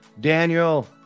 Daniel